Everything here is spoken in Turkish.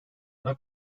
ana